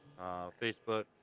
Facebook